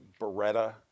Beretta